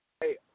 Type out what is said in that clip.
Hey